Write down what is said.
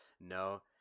no